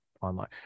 online